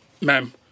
Ma'am